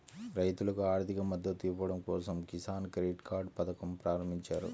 రైతులకు ఆర్థిక మద్దతు ఇవ్వడం కోసం కిసాన్ క్రెడిట్ కార్డ్ పథకం ప్రారంభించారు